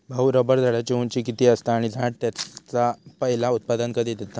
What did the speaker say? भाऊ, रबर झाडाची उंची किती असता? आणि झाड त्याचा पयला उत्पादन कधी देता?